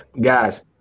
guys